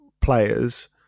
players